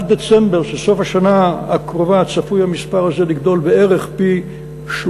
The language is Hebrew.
עד דצמבר של סוף השנה הקרובה צפוי המספר הזה לגדול בערך פי-שלושה.